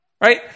right